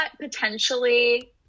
potentially